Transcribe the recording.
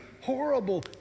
Horrible